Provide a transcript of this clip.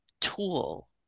tool